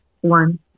one